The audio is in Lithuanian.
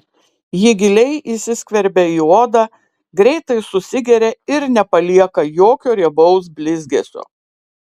ji giliai įsiskverbia į odą greitai susigeria ir nepalieka jokio riebaus blizgesio